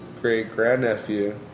great-grandnephew